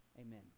Amen